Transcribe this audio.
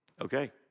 Okay